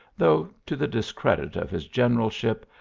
though, to the dis credit of his generalship,